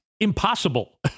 impossible